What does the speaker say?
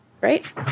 Right